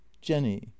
jenny